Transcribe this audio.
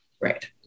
Right